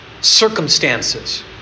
circumstances